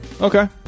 okay